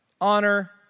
Honor